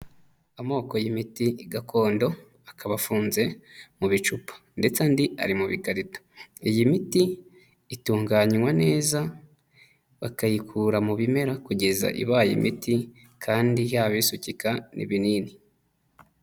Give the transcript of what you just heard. Amoko y'imiti gakondo, akaba afunze mu bicupa ndetse andi ari mu bikarito, iyi miti itunganywa neza bakayikura mu bimera kugeza ibaye imiti kandi yaba isukika n'ibinini.